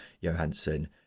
Johansson